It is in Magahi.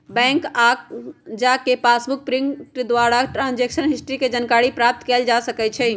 बैंक जा कऽ पासबुक प्रिंटिंग द्वारा ट्रांजैक्शन हिस्ट्री के जानकारी प्राप्त कएल जा सकइ छै